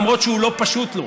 למרות שהוא לא פשוט לו,